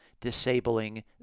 disabling